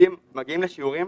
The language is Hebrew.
תלמידים מגיעים לשיעורים